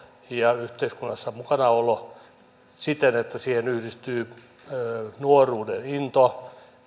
ja yhteiskunnassa mukanaolosta siten että siihen yhdistyy nuoruuden into